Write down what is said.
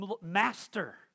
master